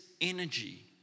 energy